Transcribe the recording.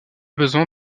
besoin